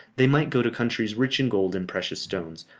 they might go to countries rich in gold and precious stones,